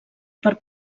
per